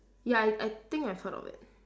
ya I I think I've heard of it